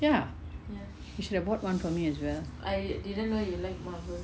ya you should have bought one for me as well